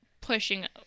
pushing